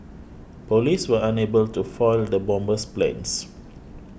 police were unable to foil the bomber's plans